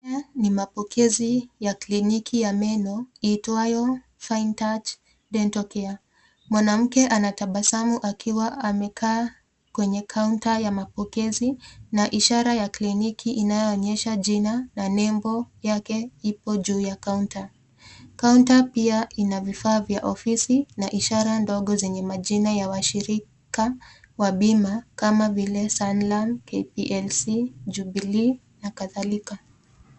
Haya ni mapokezi ya kliniki ya meno iitwayo fine touch dental care . Mwanamke anatabasamu akiwa ameka kwa kauta ya mapokezi na ishara ya kliniki inayoonyesha jina na nembo yake iko juu ya kaunta. Kaunta pia iko na vifaa vya ofisi na ishara ndogo zenye majina ya mashirika kama vile Sanglan, Jubilee na kadhalika.